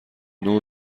نور